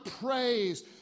praise